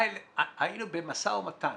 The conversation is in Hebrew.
היינו במשא ומתן